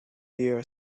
your